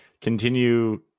continue